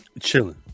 chilling